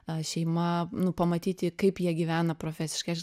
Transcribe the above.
a šeima nu pamatyti kaip jie gyvena profesiškai aš